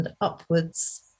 upwards